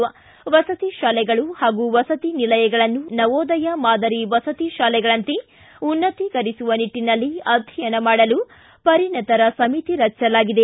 ಮಸತಿ ಶಾಲೆಗಳು ಹಾಗೂ ವಸತಿ ನಿಲಯಗಳನ್ನು ನವೋದಯ ಮಾದರಿ ವಸತಿ ಶಾಲೆಗಳಂತೆ ಉನ್ನತೀಕರಿಸುವ ನಿಟ್ಟನಲ್ಲಿ ಅಧ್ಯಯನ ಮಾಡಲು ಪರಿಣಿತರ ಸಮಿತಿ ರಚಿಸಲಾಗಿದೆ